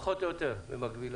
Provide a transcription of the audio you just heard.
פחות או יותר, זה מקבילה.